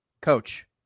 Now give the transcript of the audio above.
coach